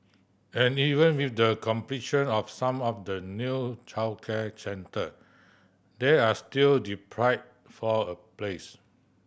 and even with the completion of some of the new childcare centre they are still deprived for a place